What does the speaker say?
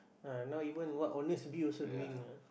ah now even what honestbee also doing ah